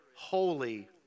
holy